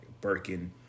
birkin